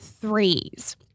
threes